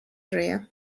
żyje